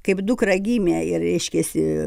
kaip dukra gimė ir reiškiasi